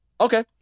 Okay